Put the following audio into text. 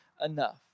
enough